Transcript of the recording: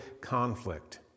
conflict